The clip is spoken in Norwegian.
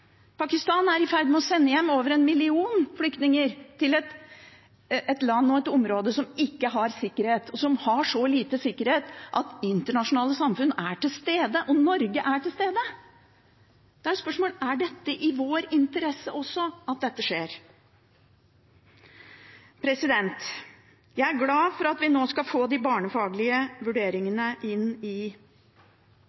i ferd med å sende hjem over en million flyktninger til et land og et område som ikke har sikkerhet, og som har så dårlig sikkerhet at internasjonale samfunn er til stede – og Norge er til stede. Da er spørsmålet om det er i vår interesse også at dette skjer. Jeg er glad for at vi nå skal få de barnefaglige